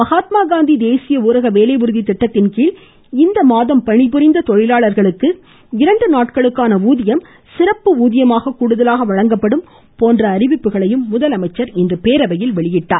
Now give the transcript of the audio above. மகாத்மா காந்தி தேசிய ஊரக வேலை உறுதி திட்டத்தின்கீழ் இந்த மாதத்தில் பணிபுரிந்த தொழிலாளர்களுக்கு இரண்டு நாட்களுக்கான ஊதியம் சிறப்பு ஊதியமாக கூடுதலாக வழங்கப்படும் போன்ற அறிவிப்புகளையும் முதலமைச்சர் வெளியிட்டார்